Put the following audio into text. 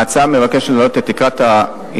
ההצעה מבקשת להעלות את תקרת ההתעלמות